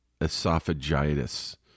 esophagitis